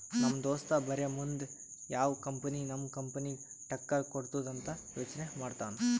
ನಮ್ ದೋಸ್ತ ಬರೇ ಮುಂದ್ ಯಾವ್ ಕಂಪನಿ ನಮ್ ಕಂಪನಿಗ್ ಟಕ್ಕರ್ ಕೊಡ್ತುದ್ ಅಂತ್ ಯೋಚ್ನೆ ಮಾಡ್ತಾನ್